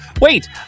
wait